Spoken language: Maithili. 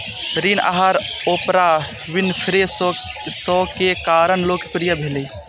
ऋण आहार ओपरा विनफ्रे शो के कारण लोकप्रिय भेलै